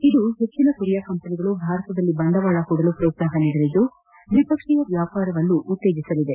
ಇದು ಹೆಚ್ಚಿನ ಕೊರಿಯಾ ಕಂಪನಿಗಳು ಭಾರತದಲ್ಲಿ ಬಂಡವಾಳ ಹೂಡಲು ಪ್ರೋತ್ಪಾಹ ನೀಡಿದ್ಲು ದ್ಲಿಪಕ್ಷೀಯ ವ್ಯಾಪಾರ ಉತ್ತೇಜಿಸಲಿದೆ